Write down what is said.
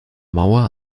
mauer